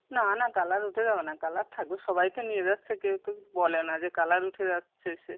না না কালার উঠে যাবে না কালার থাকবে সবাই তো নিয়ে যাচ্ছে কেউ তো বলে না যে কালার উঠে যাচ্ছে এসে